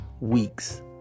weeks